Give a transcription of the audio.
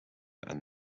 and